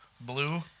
blue